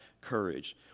courage